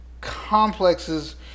complexes